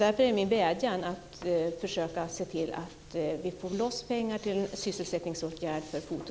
Därför är min vädjan att vi ska försöka se till att få loss pengar till sysselsättningsåtgärder inom Foto